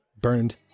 burned